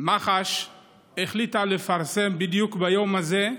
מח"ש החליטה לפרסם, בדיוק ביום הזה,